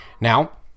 Now